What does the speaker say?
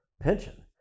pension